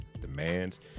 demands